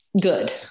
good